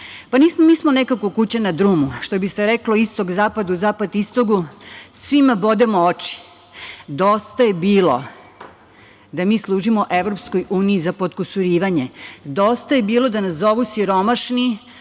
Mi smo nekako kuća na drumu, što bi se reklo – istok zapadu, zapad istoku, svima bodemo oči. Dosta je bilo da mi služimo EU za potkusurivanje. Dosta je bilo da nas zovu siromašni